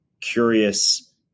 curious